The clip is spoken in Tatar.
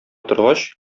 торгач